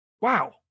wow